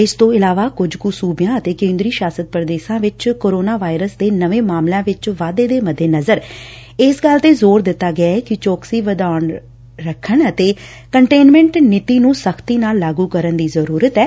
ਇਸ ਤੋਂ ਇਲਾਵਾ ਕੁਝ ਕੁ ਸੁਬਿਆਂ ਅਤੇ ਕੇਦਰੀ ਸ਼ਾਸਤ ਪੁਦੇਸ਼ਾਂ ਵਿਚ ਕੋਰੋਨਾ ਵਾਇਰਸ ਦੇ ਨਵੇਂ ਮਾਮਲਿਆਂ ਵਿਚ ਵਾਧੇ ਦੇ ਮੱਦੇਨਜ਼ਰ ਇਸ ਗੱਲ ਤੇ ਜ਼ੋਰ ਦਿੱਤਾ ਗਿਆ ਕਿ ਚੌਕਸੀ ਬਣਾਏ ਰੱਖਣ ਅਤੇ ਕਨਟੇਨਮੈਂਟ ਨੀਤੀ ਨੁੰ ਸਖ਼ਤੀ ਨਾਲ ਲਾਗੁ ਕਰਨ ਦੀ ਜ਼ਰੁਰਤ ਏ